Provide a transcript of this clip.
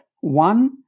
One